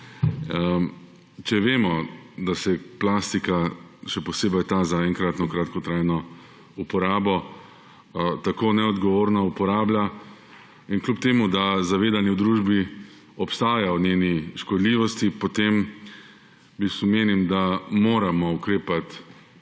Če vemo, da se plastika, še posebej ta za enkratno kratkotrajno uporabo tako neodgovorno uporablja in kljub temu, da zavedanje v družbi obstaja o njeni škodljivosti, potem v bistvu menim, da moramo ukrepati